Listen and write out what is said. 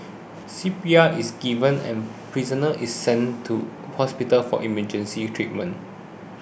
C P R is given and prisoner is sent to hospital for emergency treatment